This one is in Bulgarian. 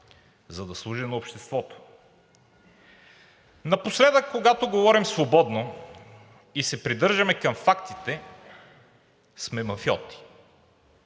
за да служи на обществото. Напоследък, когато говорим свободно и се придържаме към фактите, сме мафиоти.